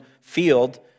field